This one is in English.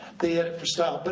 they edit for style. but